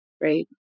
Right